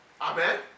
Amen